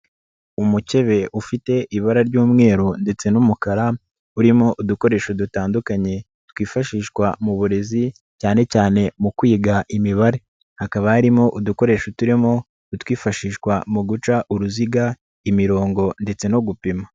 Umukebe ufite ibara ry'umweru ndetse n'umukara, urimo udukoresho dutandukanye twifashishwa mu burezi cyane cyane mu kwiga imibare, hakaba harimo udukoresho turimo utwifashishwa mu guca uruziga, imirongo ndetse no gupima.